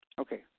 Okay